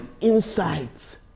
insights